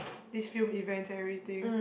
these film events everything